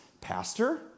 pastor